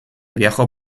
viajó